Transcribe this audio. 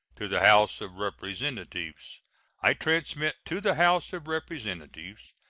to the house of representatives i transmit to the house of representatives,